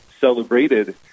celebrated